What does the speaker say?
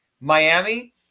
Miami